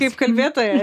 kaip kalbėtoja